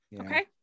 okay